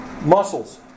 Muscles